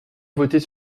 voter